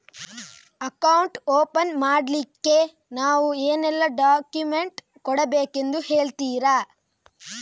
Account open ಮಾಡ್ಲಿಕ್ಕೆ ನಾವು ಏನೆಲ್ಲ ಡಾಕ್ಯುಮೆಂಟ್ ಕೊಡಬೇಕೆಂದು ಹೇಳ್ತಿರಾ?